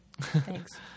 Thanks